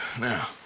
Now